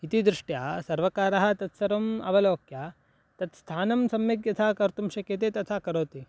इति दृष्ट्या सर्वकारः तत्सर्वम् अवलोक्य तत् स्थानं सम्यक् यथा कर्तुं शक्यते तथा करोति